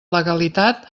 legalitat